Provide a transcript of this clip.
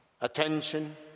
attention